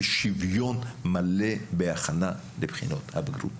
ושוויון מלא בהכנה לבחינות הבגרות.